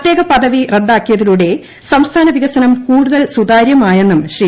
പ്രത്യേക പദവി റദ്ദാക്കിയതിലൂടെ സംസ്ഥാന വികസനം കൂടുതൽ സുതാര്യമായെന്നും ശ്രീ